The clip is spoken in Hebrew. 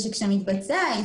כאשר מתבצע,